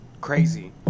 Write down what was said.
crazy